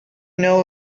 know